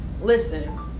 listen